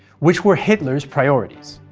which were hitler's priorities.